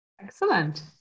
Excellent